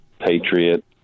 patriot